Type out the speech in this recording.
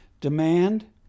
Demand